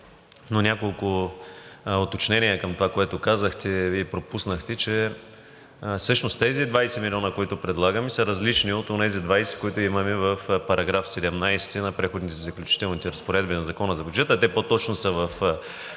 Няколко уточнения към това, което казахте. Вие пропуснахте, че всъщност тези 20 милиона, които предлагаме, са различни от онези 20, които имаме в § 17 на Преходните и заключителните разпоредби на Закона за бюджета. Те по-точно с в